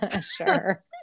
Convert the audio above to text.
sure